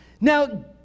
Now